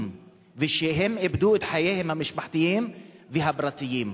ושהם איבדו את חייהם המשפחתיים והפרטיים.